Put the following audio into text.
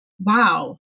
wow